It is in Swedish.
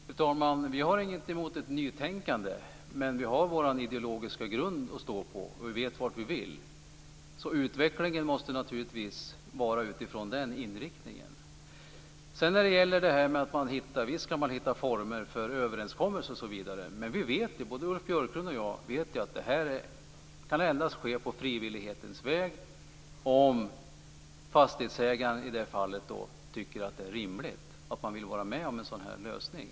Fru talman! Vi har inget emot ett nytänkande, men vi har vår ideologiska grund att stå på, och vi vet vart vi vill. Utvecklingen måste naturligtvis ske utifrån den inriktningen. Visst kan man hitta former för överenskommelser, osv., men både Ulf Björklund och jag vet att det endast kan ske på frivillighetens väg om fastighetsägaren tycker att det är rimligt och vill vara med om en sådan lösning.